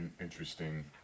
interesting